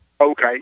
Okay